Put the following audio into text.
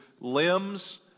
limbs